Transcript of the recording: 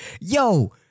yo